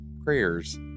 prayers